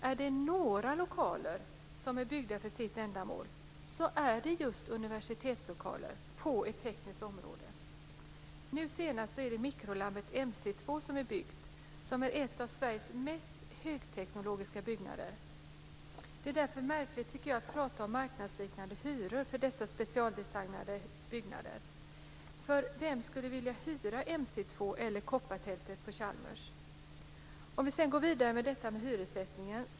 Är det några lokaler som är byggda för sitt ändamål är det just universitetslokaler på ett tekniskt område. Nu senast är det mikrolaboratatoriet MC 2 som är byggt och som är ett av Sveriges mest högteknologiska byggnader. Det är därför märkligt att tala om marknadsliknande hyror för dessa specialdesignade byggnader. Vem skulle vilja hyra MC 2 eller koppartältet på Chalmers? Jag ska sedan gå vidare med hyressättningen.